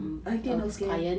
mmhmm I_T and healthcare